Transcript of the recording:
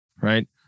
Right